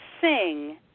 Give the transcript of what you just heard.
sing